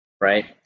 right